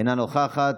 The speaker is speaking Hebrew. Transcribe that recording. אינה נוכחת.